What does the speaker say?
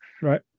Right